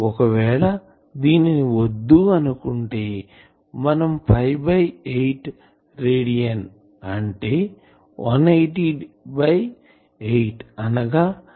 ఒకవేళ దీనిని వద్దు అని అనుకుంటే మనం బై 8 రేడియన్ అంటే 180 8 అనగా 22